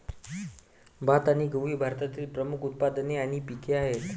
भात आणि गहू ही भारतातील प्रमुख उत्पादने आणि पिके आहेत